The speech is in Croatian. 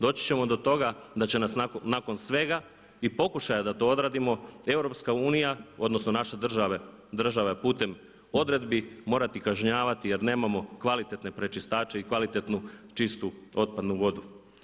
Doći ćemo do toga da će nas nakon svega i pokušaja da to odradimo EU odnosno naša država putem odredbi morati kažnjavati jer nemamo kvalitetne prečištače i kvalitetnu čistu otpadnu vodu.